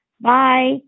Bye